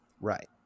Right